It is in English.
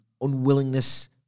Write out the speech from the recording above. unwillingness